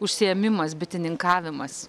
užsiėmimas bitininkavimas